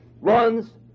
runs